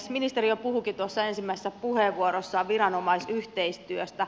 ministeri jo puhuikin tuossa ensimmäisessä puheenvuorossaan viranomaisyhteistyöstä